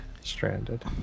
Stranded